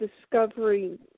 Discovery